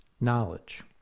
Knowledge